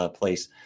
place